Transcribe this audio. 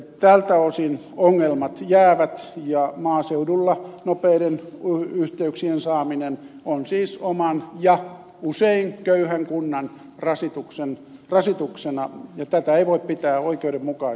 tältä osin ongelmat jäävät ja maaseudulla nopeiden yhteyksien saaminen on siis oman ja usein köyhän kunnan rasituksena ja tätä ei voi pitää oikeudenmukaisena